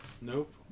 Nope